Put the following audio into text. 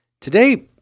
Today